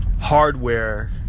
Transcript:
hardware